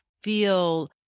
feel